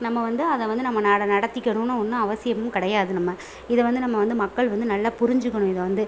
நம்ம வந்து அதை வந்து நம்ம நட நடத்திக்கணுன்னு ஒன்றும் அவசியமும் கிடையாது நம்ம இதை வந்து நம்ம வந்து மக்கள் வந்து நல்லா புரிஞ்சுக்கணும் இதை வந்து